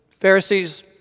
Pharisees